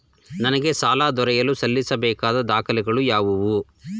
ನನಗೆ ಸಾಲ ದೊರೆಯಲು ಸಲ್ಲಿಸಬೇಕಾದ ದಾಖಲೆಗಳಾವವು?